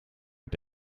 het